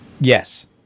Yes